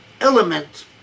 element